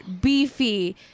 beefy